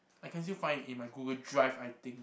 I can still find it in my Google Drive I think